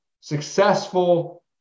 successful